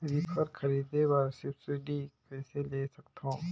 Reaper खरीदे बर subsidy कइसे ले सकथव?